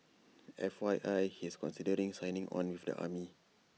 F Y I he's considering signing on with the army